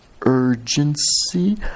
Urgency